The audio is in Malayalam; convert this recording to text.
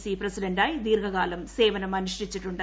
സി പ്രസിഡന്റായി ദീർഘകാലം സേവനമനുഷ്ഠിച്ചിട്ടുണ്ട്